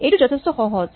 এইটো যথেষ্ঠ সহজ